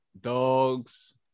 dogs